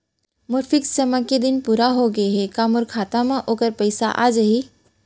मोर fix जेमा के दिन पूरा होगे हे का मोर खाता म वोखर पइसा आप जाही?